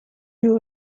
you